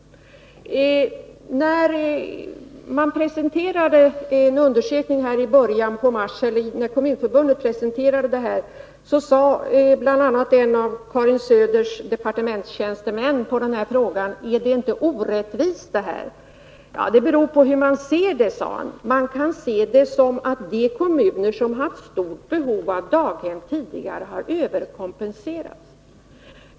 När Kommunförbundet presenterade sin undersökning i början på mars sade bl.a. en av Karin Söders departementstjänstemän som svar på frågan, om det här inte är orättvist, att det beror på hur man ser det. Man kan se det så, att de kommuner som tidigare haft stort behov av daghem har överkompenserats.